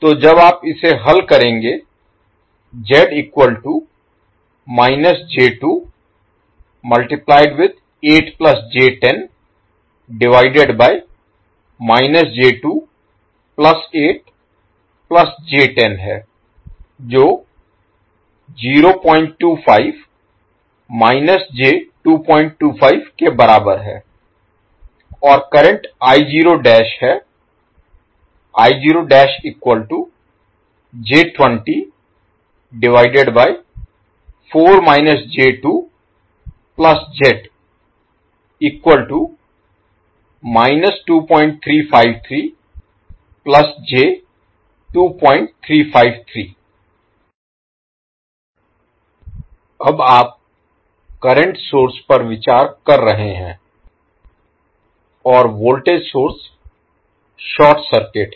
तो जब आप इसे हल करेंगे और करंट है अब आप करंट सोर्स पर विचार कर रहे हैं और वोल्टेज सोर्स शॉर्ट सर्किट है